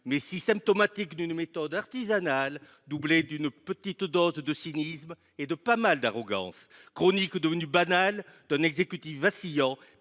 mais si symptomatiques d’une méthode artisanale, doublée d’une petite dose de cynisme et de beaucoup d’arrogance. Telle est la chronique, devenue banale, d’un exécutif vacillant,